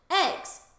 eggs